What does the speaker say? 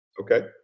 Okay